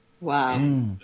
Wow